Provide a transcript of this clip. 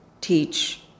teach